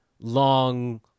long